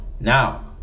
Now